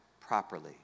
properly